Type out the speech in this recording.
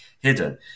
hidden